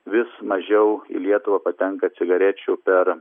vis mažiau į lietuvą patenka cigarečių per